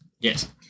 Yes